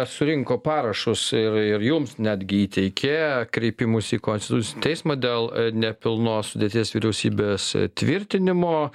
surinko parašus ir ir jums netgi įteikė kreipimus į konstitucinį teismą dėl nepilnos sudėties vyriausybės tvirtinimo